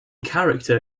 character